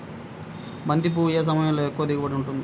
బంతి పువ్వు ఏ సమయంలో ఎక్కువ దిగుబడి ఉంటుంది?